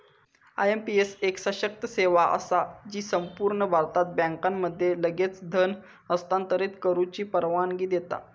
IMPS एक सशक्त सेवा असा जी संपूर्ण भारतात बँकांमध्ये लगेच धन हस्तांतरित करुची परवानगी देता